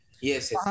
Yes